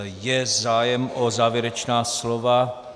Je zájem o závěrečná slova?